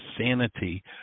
sanity